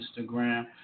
Instagram